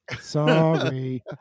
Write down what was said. Sorry